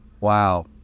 wow